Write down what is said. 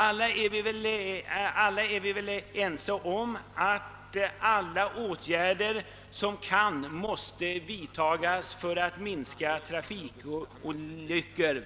Alla är väl också ense om att varje tänkbar åtgärd måste vidtagas för att minska trafikolyckorna.